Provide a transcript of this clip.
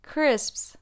Crisps